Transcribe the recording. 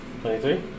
Twenty-three